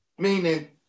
Meaning